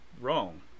wrong